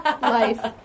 life